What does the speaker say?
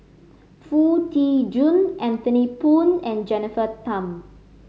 Foo Tee Jun Anthony Poon and Jennifer Tham